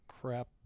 crap